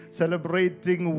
celebrating